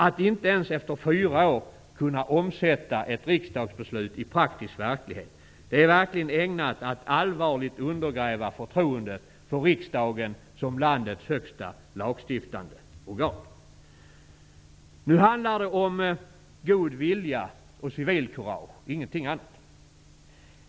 Att inte ens efter fyra år kunna omsätta ett riksdagsbeslut i praktisk verklighet är ägnat att allvarligt undergräva förtroendet för riksdagen som landets högsta lagstiftande organ. Nu handlar det om god vilja och civilkurage, ingenting annat.